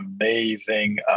amazing